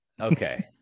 Okay